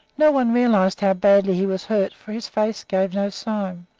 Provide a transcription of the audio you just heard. no one realized how badly he was hurt, for his face gave no sign.